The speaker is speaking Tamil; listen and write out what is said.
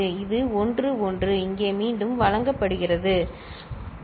இது 1 1 இங்கே மீண்டும் வழங்கப்படுகிறது 1